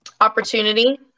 Opportunity